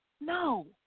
No